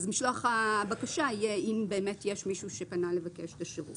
משלוח הבקשה יהיה אם באמת יש מישהו שפנה לבקש את השירות.